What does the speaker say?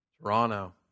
Toronto